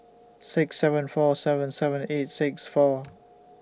six seven four seven seven eight six four